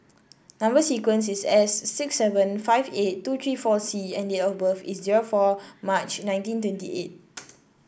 number sequence is S six seven five eight two three four C and date of birth is zero four March nineteen twenty eight